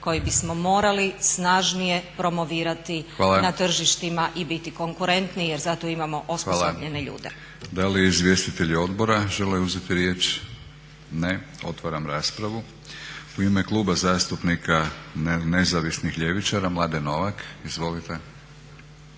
koji bismo morali snažnije promovirati na tržištima i biti konkurentniji jer za to imamo osposobljene ljude. **Batinić, Milorad (HNS)** Hvala. Da li izvjestitelji odbora žele uzeti riječ? Ne. Otvaram raspravu. U ime Kluba zastupnika nezavisnih ljevičara Mladen Novak. Izvolite.